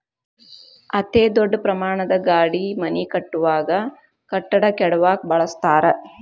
ಅತೇ ದೊಡ್ಡ ಪ್ರಮಾಣದ ಗಾಡಿ ಮನಿ ಕಟ್ಟುವಾಗ, ಕಟ್ಟಡಾ ಕೆಡವಾಕ ಬಳಸತಾರ